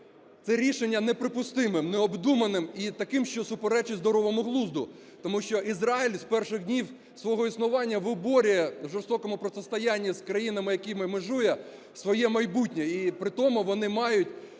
це рішення неприпустимим, необдуманим і таким, що суперечить здоровому глузду. Тому що Ізраїль з перших днів свого існування виборює в жорстокому протистоянні з країнами, з якими межує, своє майбутнє,